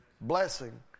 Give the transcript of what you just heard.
Blessing